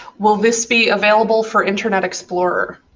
will this be available for internet explorer?